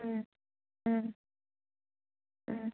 ꯎꯝ ꯎꯝ ꯎꯝ